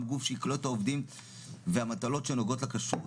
גוף שיקלוט את העובדים והמטלות שנוגעות לכשרות.